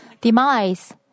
demise